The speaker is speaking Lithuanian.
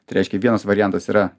tai reiškia vienas variantas yra